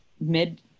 mid